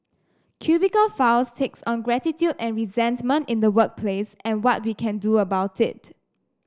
cubicle files takes on gratitude and resentment in the workplace and what we can do about it